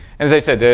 as i said,